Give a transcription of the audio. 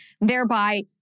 thereby